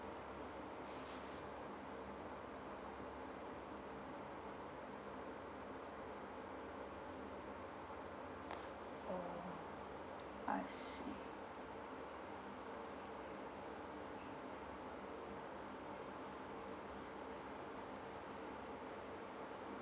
I see